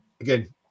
again